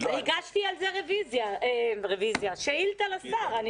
הגשתי על זה שאילתה לשר.